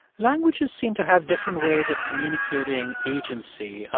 languages seem to have different ways of communicating agency.